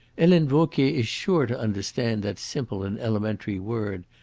helene vauquier is sure to understand that simple and elementary word.